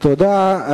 תודה.